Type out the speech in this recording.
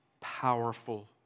powerful